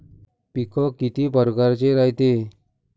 पिकं किती परकारचे रायते?